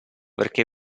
perché